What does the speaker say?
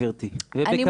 גברתי --- אני מודה לך.